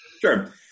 Sure